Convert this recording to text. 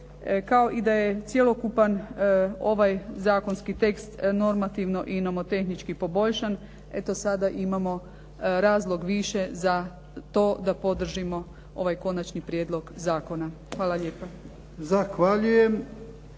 kao i da je cjelokupan ovaj zakonski tekst normativno i nomotehnički poboljšan. Eto sada imamo razlog više za to da podržimo ovaj konačni prijedlog zakona. Hvala lijepa.